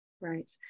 Right